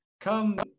come